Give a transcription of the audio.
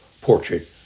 portrait